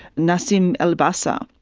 nassim elbahsa.